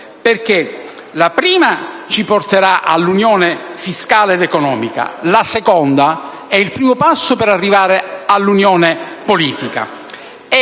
la prima ci porterà all'unione fiscale ed economica, la seconda rappresenta il primo passo per arrivare all'unione politica.